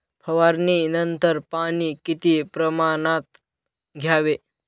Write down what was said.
फवारणीनंतर पाणी किती प्रमाणात द्यावे?